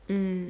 mm